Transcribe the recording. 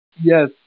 Yes